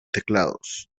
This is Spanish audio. teclados